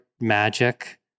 magic